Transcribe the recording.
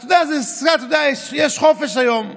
אתה יודע, יש חופש היום.